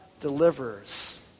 delivers